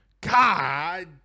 God